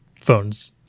phones